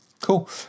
Cool